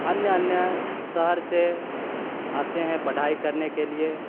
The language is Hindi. अन्य अन्य शहर से आते हैं पढ़ाई करने के लिए